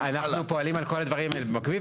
אנחנו פועלים על כל הדברים האלה במקביל,